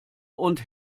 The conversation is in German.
und